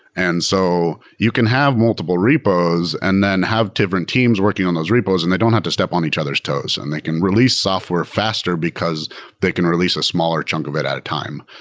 and so you can have multiple repos and then have different teams working on those repos, and they don't have to step on each other's toes. and they can release software faster, because they can release a smaller chunk of it at a time.